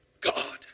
God